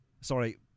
sorry